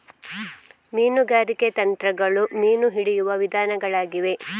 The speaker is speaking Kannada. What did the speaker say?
ಮೀನುಗಾರಿಕೆ ತಂತ್ರಗಳು ಮೀನು ಹಿಡಿಯುವ ವಿಧಾನಗಳಾಗಿವೆ